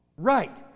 Right